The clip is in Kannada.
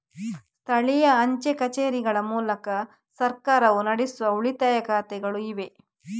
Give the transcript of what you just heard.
ಸ್ಥಳೀಯ ಅಂಚೆ ಕಚೇರಿಗಳ ಮೂಲಕ ಸರ್ಕಾರವು ನಡೆಸುವ ಉಳಿತಾಯ ಖಾತೆಗಳು ಇವೆ